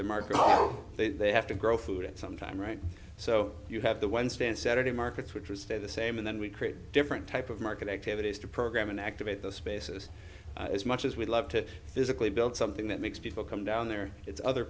the market they have to grow food at some time right so you have the one stand saturday markets which are stay the same and then we create a different type of market activities to program and activate those spaces as much as we'd love to physically build something that makes people come down there it's other